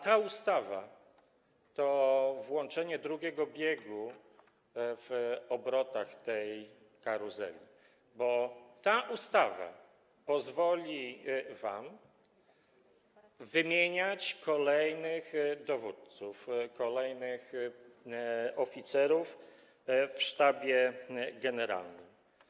Ta ustawa to włączenie drugiego biegu w obrotach tej karuzeli, bo ta ustawa pozwoli wam wymieniać kolejnych dowódców, kolejnych oficerów w Sztabie Generalnym.